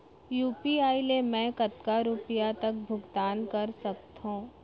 UPI ले मैं कतका रुपिया तक भुगतान कर सकथों